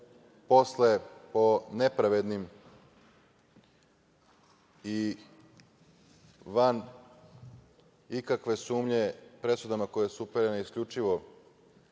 posle po nepravednim i van ikakve sumnje presudama koje su uperene isključivo